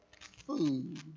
food